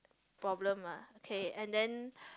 problem ah okay and then